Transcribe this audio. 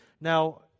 Now